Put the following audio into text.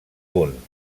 punt